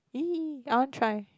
I want try